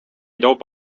toob